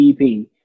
EP